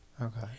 Okay